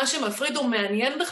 הם ההון האנושי של צה"ל והמדינה,